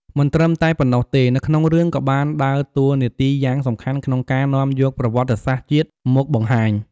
មិនត្រឹមតែប៉ុណ្ណោះទេ នៅក្នុងរឿងក៏បានដើរតួរនាទីយ៉ាងសំខាន់ក្នុងការនាំយកប្រវត្តិសាស្ត្រជាតិមកបង្ហាញ ។